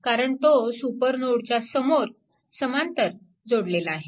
कारण तो सुपरनोडच्या समोर समांतर जोडलेला आहे